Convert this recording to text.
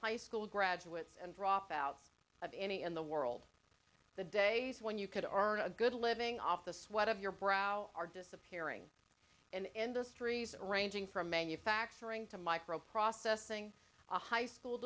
high school graduates and drop out of any in the world the days when you could or a good living off the sweat of your brow are disappearing in industries and ranging from manufacturing to micro processing a high school